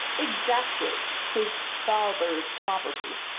exactly his father's property!